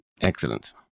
Excellent